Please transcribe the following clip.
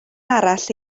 arall